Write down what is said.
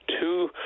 two